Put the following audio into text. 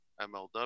MLW